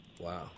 Wow